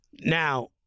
Now